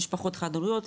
משפחות חד-הוריות,